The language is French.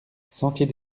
sentier